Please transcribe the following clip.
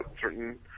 certain